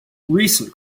recent